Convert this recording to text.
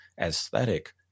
aesthetic